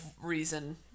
reason